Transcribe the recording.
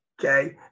okay